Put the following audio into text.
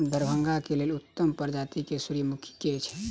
दरभंगा केँ लेल उत्तम प्रजाति केँ सूर्यमुखी केँ अछि?